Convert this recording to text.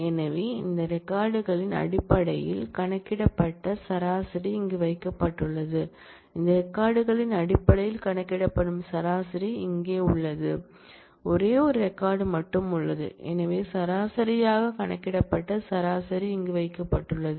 எனவே இந்த ரெக்கார்ட் களின் அடிப்படையில் கணக்கிடப்பட்ட சராசரி இங்கே வைக்கப்பட்டுள்ளது இந்த ரெக்கார்ட் களின் அடிப்படையில் கணக்கிடப்படும் சராசரி இங்கே வைக்கப்பட்டுள்ளது ஒரே ஒரு ரெக்கார்ட் மட்டுமே உள்ளது எனவே சராசரியாக கணக்கிடப்பட்ட சராசரி இங்கே வைக்கப்பட்டுள்ளது